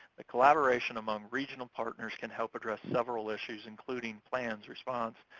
the collaboration among regional partners can help address several issues, including plans, response,